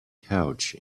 couch